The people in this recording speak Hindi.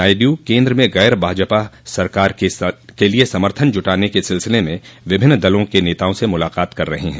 नायडू केन्द्र में गैर भाजपा सरकार के लिए समर्थन जुटाने के सिलसिले में विभिन्न दलों के नेताओं से मुलाकात कर रहे हैं